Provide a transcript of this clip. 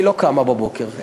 היא לא קמה בבוקר,